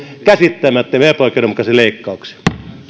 käsittämättömiä epäoikeudenmukaisia leikkauksia